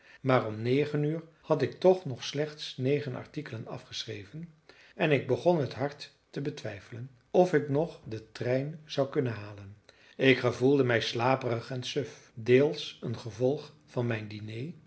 maar om negen uur had ik toch nog slechts negen artikelen afgeschreven en ik begon het hard te betwijfelen of ik nog den trein zou kunnen halen ik gevoelde mij slaperig en suf deels een gevolg van mijn diner